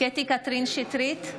קטי קטרין שטרית,